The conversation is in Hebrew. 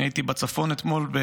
הייתי בצפון אתמול,